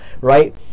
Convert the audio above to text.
right